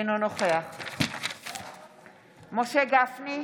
אינו נוכח משה גפני,